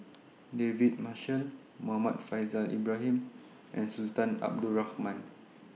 David Marshall Muhammad Faishal Ibrahim and Sultan Abdul Rahman